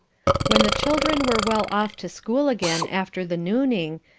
when the children were well off to school again after the nooning,